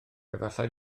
efallai